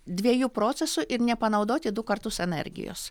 dviejų procesų ir nepanaudoti du kartus energijos